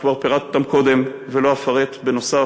כבר פירטתי אותן קודם ולא אפרט בנוסף,